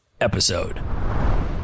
episode